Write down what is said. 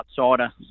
outsider